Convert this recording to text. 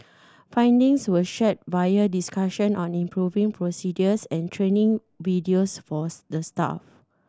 findings were shared via discussion on improving procedures and training videos forth the staff